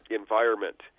environment